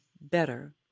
better